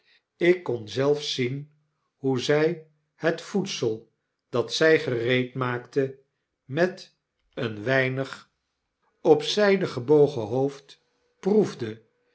ik kon zelfs zien hoe zy het voedsel dat zy gereedmaakte met een weinig op mopes de kluizenaak zyde gebogen hoofd proefde